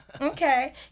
Okay